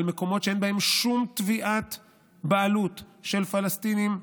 במקומות שאין בהם שום תביעת בעלות של פלסטינים,